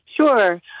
Sure